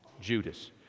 Judas